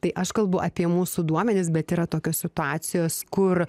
tai aš kalbu apie mūsų duomenis bet yra tokios situacijos kur